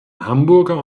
hamburger